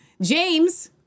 James